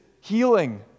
healing